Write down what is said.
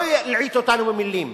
לא להלעיט אותנו במלים.